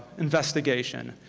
investigation,